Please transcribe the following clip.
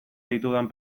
ditudan